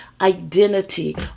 identity